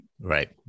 Right